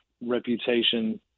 reputation